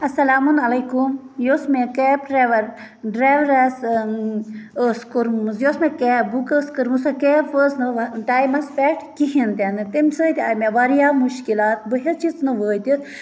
اَسَلامُن علیکُم یُس مےٚ کیب ڈرٛایوَر ڈرٛایوَرَس ٲس کٔرمٕژ یۄس مےٚ کیب بُک ٲس کٔرمٕژ سۄ کیب وٲژ نہٕ وۄنۍ ٹایمَس پٮ۪ٹھ کِہیٖنۍ تہِ نہٕ تَمہِ سۭتۍ آیہِ مےٚ واریاہ مُشکِلات بہٕ ہیٚچٕس نہٕ وٲتِتھ